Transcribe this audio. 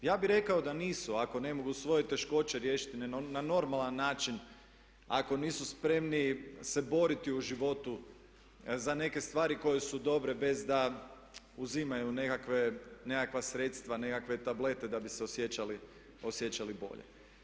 Ja bih rekao da nisu, ako ne mogu svoje teškoće riješiti na normalan način, ako nisu spremni se boriti u životu za neke stvari koje su dobre bez da uzimaju nekakva sredstva, nekakve tablete da bi se osjećali bolje.